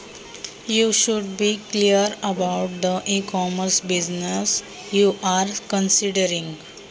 आपण ज्या e commerce व्यवसायाचा विचार करीत आहात त्याबद्दल आपण स्पष्ट असले पाहिजे का?